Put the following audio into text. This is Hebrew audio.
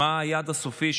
מה היעד הסופי?